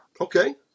Okay